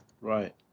Right